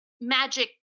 magic